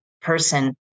person